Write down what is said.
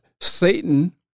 Satan